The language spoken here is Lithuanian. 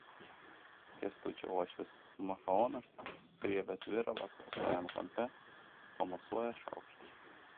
kęstučio uošvis machaonas srėbęs viralą prastajam kampe pamosuoja šaukštu